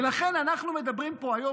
ולכן אנחנו מדברים פה היום,